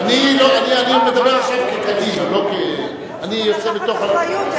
אני מדבר עכשיו כקדימה, לא, צריך גם לקחת אחריות.